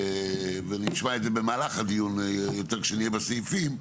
נשמע את זה במהלך הדיון כשנהיה בסעיפים.